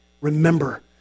remember